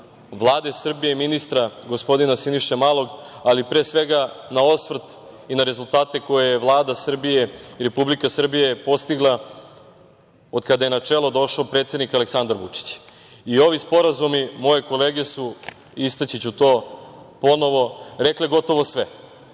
Vlade Srbije, ministra gospodina Siniše Malog, ali pre svega na osvrt i na rezultate koje je Vlada Srbije i Republika Srbije postigla od kada je na čelo došao predsednik Aleksandar Vučić. Ovi sporazumi, moje kolege su, istaći ću to ponovo, rekle gotovo sve.